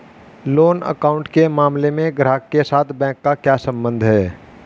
Loan account के मामले में ग्राहक के साथ बैंक का क्या संबंध है?